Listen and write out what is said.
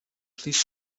please